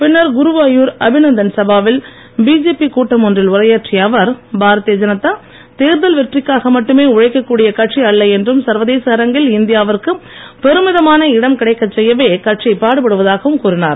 பின்னர் குருவாயூர் அபிநந்தன் சபாவில் பிஜேபி கூட்டம் ஒன்றில் உரையாற்றிய அவர் பாரதீய ஜனதா தேர்தல் வெற்றிக்காக மட்டுமே உழைக்கக் கூடிய கட்சி அல்ல என்றும் சர்வதேச அரங்கில் இந்தியாவிற்கு பெருமிதமான இடம் கிடைக்கச் செய்யவே கட்சி பாடுபடுவதாகவும் கூறினார்